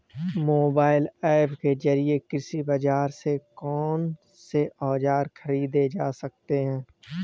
Mobile app के जरिए कृषि बाजार से कौन से औजार ख़रीदे जा सकते हैं?